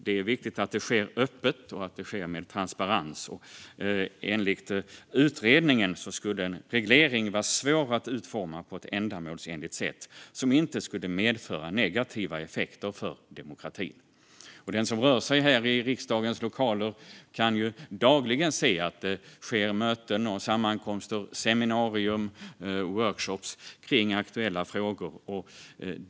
Det är viktigt att det sker öppet och med transparens. Enligt utredningen skulle en reglering vara svår att utforma på ett ändamålsenligt sätt som inte skulle medföra negativa effekter för demokratin. Den som rör sig i riksdagens lokaler kan dagligen se att det hålls möten, sammankomster, seminarier och workshoppar om aktuella frågor.